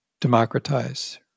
democratize